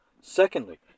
Secondly